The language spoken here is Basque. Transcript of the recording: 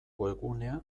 webgunea